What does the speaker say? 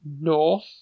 north